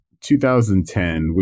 2010